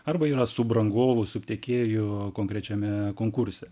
arba yra subrangovų subtiekėjų konkrečiame konkurse